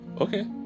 Okay